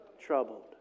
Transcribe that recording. troubled